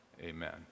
amen